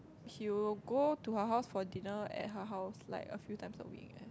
he will go to her house for dinner at her house like a few times a week